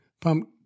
pump